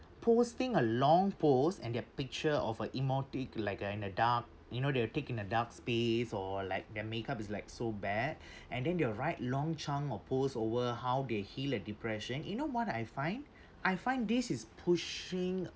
posting a long post and their picture of a emotic like uh in a dark you know they will take in a dark space or like their make up is like so bad and then they will write long chunk of post over how they heal their depression you know what I find I find this is pushing